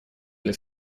для